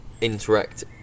interact